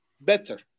better